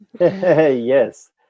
Yes